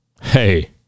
Hey